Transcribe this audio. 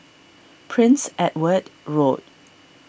Prince Edward Road